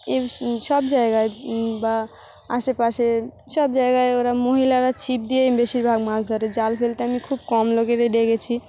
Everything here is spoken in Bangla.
এ সব জায়গায় বা আশেপাশে সব জায়গায় ওরা মহিলারা ছিপ দিয়েই বেশিরভাগ মাছ ধরে জাল ফেলতে আমি খুব কম লোকেরই দেখেছি